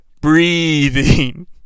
breathing